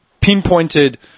pinpointed